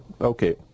okay